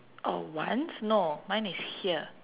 oh once no mine is here